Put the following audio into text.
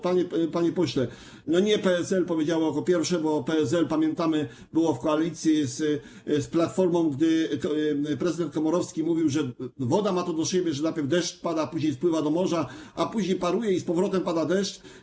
Panie pośle, nie PSL powiedziało jako pierwsze, bo PSL, pamiętamy, było w koalicji z Platformą, gdy prezydent Komorowski mówił, że woda ma to do siebie, że najpierw deszcz pada, a później wpływa do morza, a później paruje i z powrotem pada deszcz.